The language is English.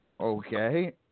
okay